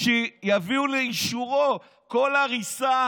שיביאו לאישורו כל הריסה